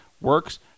works